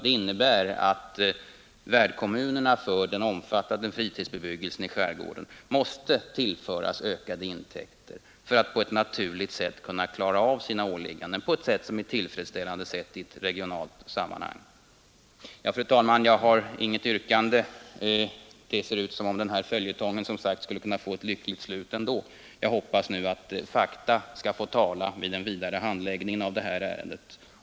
Det innebär att värdkommunerna för den omfattande fritidsbebyggelsen i skärgården måste tillföras ökade intäkter för att kunna klara av sina åligganden på ett sätt som är tillfredsställande i ett regionalt sammanhang. Fru talman! Jag har inget yrkande. Det ser ut som om den här följetongen, som sagt, skulle kunna få ett lyckligt slut ändå. Jag hoppas nu att fakta skall få tala vid den vidare handläggningen av ärendet.